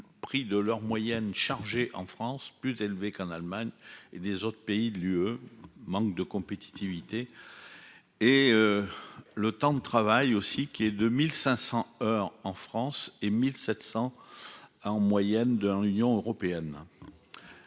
prix de leur moyenne chargé en France plus élevée qu'en Allemagne et des autres pays de l'UE, manque de compétitivité et le temps de travail aussi, qui est de 1500 heures en France et 1700 a en moyenne dans l'Union européenne.